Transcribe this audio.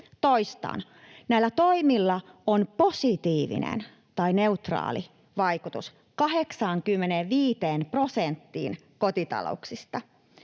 Toistan: näillä toimilla on positiivinen tai neutraali vaikutus 85 prosenttiin kotitalouksista.